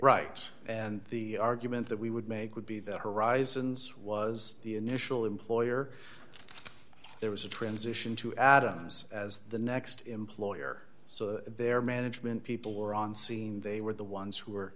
right and the argument that we would make would be that horizons was the initial employer there was a transition to adams as the next employer so their management people were on scene they were the ones who